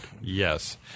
Yes